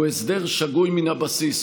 הוא הסדר שגוי מן הבסיס,